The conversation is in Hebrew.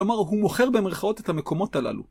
כלומר, הוא מוכר במרכאות את המקומות הללו.